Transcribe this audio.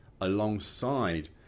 alongside